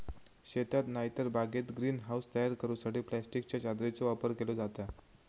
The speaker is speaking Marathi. शेतात नायतर बागेत ग्रीन हाऊस तयार करूसाठी प्लास्टिकच्या चादरीचो वापर केलो जाता